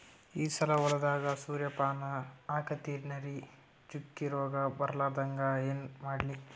ಈ ಸಲ ಹೊಲದಾಗ ಸೂರ್ಯಪಾನ ಹಾಕತಿನರಿ, ಚುಕ್ಕಿ ರೋಗ ಬರಲಾರದಂಗ ಏನ ಮಾಡ್ಲಿ?